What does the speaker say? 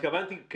התכוונתי,